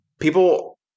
people